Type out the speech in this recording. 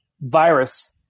virus